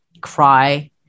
cry